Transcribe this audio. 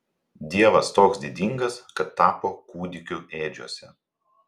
dievas toks didingas kad tapo kūdikiu ėdžiose